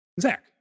Zach